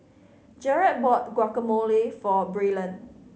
Jerod bought Guacamole for Braylon